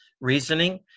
reasoning